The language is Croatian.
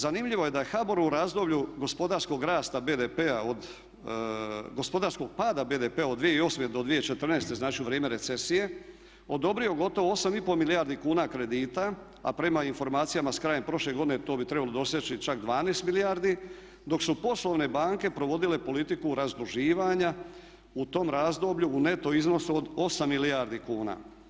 Zanimljivo je da je HBOR u razdoblju gospodarskog rasta BDP-a, od gospodarskog pada BDP-a od 2008. do 2014. znači u vrijeme recesije odobrio gotovo 8 i pol milijardi kuna kredita, a prema informacijama s krajem prošle godine to bi trebalo doseći čak 12 milijardi, dok su poslovne banke provodile politiku razduživanja u tom razdoblju u neto iznosu od 8 milijardi kuna.